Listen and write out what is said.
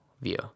view